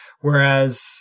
Whereas